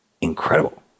Incredible